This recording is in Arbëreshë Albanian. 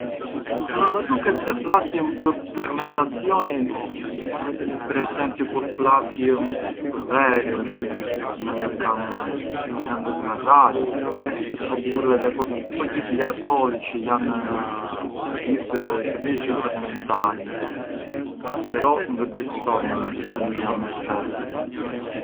Ma më duket se flasjëm për fermentazioni per esempiu kur flasjëm pë verën, na ngë kam… na ngë sgarrar oppuru pë gjithë gli alcolici, jan gjithë shurbise çë fermentarjën però ngë di të thom, dicu ngë jam espertu.